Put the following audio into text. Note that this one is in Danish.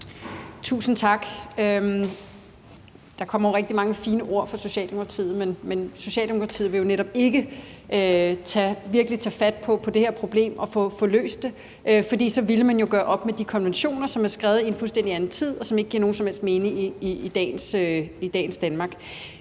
Tusind tak. Der kommer rigtig mange fine ord fra Socialdemokratiet, men Socialdemokratiet vil jo netop ikke virkelig tage fat på det her problem og få løst det, for så ville man gøre op med de konventioner, som er skrevet i en fuldstændig anden tid, og som ikke giver nogen som helst mening i dagens Danmark.